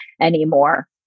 anymore